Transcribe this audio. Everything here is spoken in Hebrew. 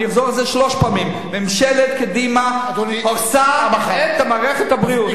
אני אחזור על זה שלוש פעמים: ממשלת קדימה הרסה את מערכת הבריאות.